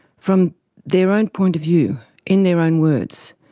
from their own point of view in their own words,